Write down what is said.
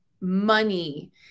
money